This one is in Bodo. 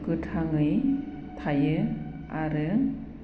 गोथाङै थायो आरो